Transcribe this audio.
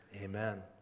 Amen